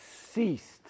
ceased